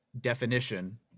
definition